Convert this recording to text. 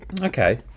Okay